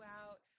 out